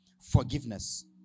Forgiveness